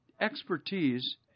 expertise